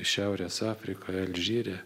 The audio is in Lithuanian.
šiaurės afrikoje alžyre